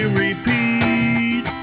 repeat